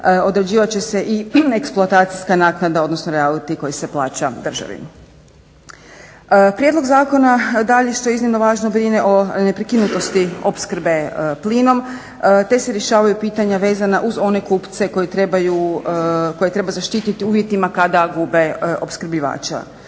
određivat će se i eksploatacijska naknada, odnosno … /Govornica se ne razumije./… koji se plaća državi. Prijedlog zakona dalje što je iznimno važno brine o neprekinutosti opskrbe plinom te se rješavaju pitanja vezana uz one kupce koje treba zaštiti u uvjetima kada gube opskrbljivača.